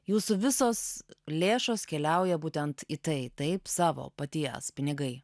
jūsų visos lėšos keliauja būtent į tai taip savo paties pinigai